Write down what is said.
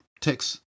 text